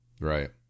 Right